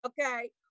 Okay